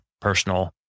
personal